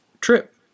trip